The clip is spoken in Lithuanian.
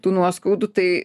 tų nuoskaudų tai